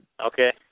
Okay